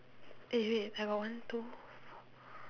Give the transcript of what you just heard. eh wait I got one two three four